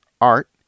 art